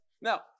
Now